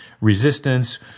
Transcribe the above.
resistance